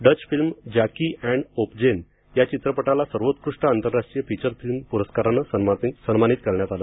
Dutch film Jackie आणि ओपजेन या चित्रपटाला सर्वोत्कृष्ट आंतरराष्ट्रीय फीचर फिल्म पुरस्काराने सन्मानित करण्यात आले